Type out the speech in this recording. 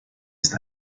ist